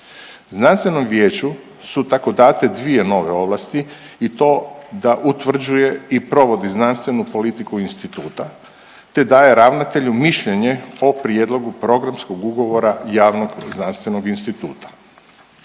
Znanstvenom vijeću su tako date dvije nove ovlasti i to da utvrđuje i provodi znanstvenu politiku instituta, te daje ravnatelju mišljenje o prijedlogu programskog ugovora javnog znanstvenog instituta.